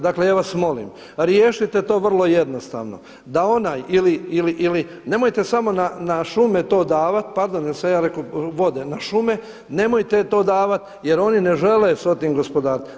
Dakle, ja vas molim, riješite to vrlo jednostavno, da onaj ili, nemojte samo na Šume to davati, pardon jesam li ja rekao na Vode, na Šume nemojte to davati jer oni ne žele s tim gospodariti.